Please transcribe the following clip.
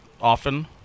often